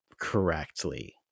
correctly